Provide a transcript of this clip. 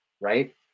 right